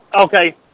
okay